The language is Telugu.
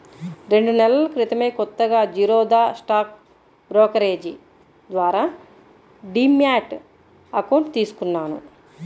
రెండు నెలల క్రితమే కొత్తగా జిరోదా స్టాక్ బ్రోకరేజీ ద్వారా డీమ్యాట్ అకౌంట్ తీసుకున్నాను